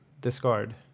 discard